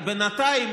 כי בינתיים,